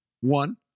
One